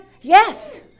Yes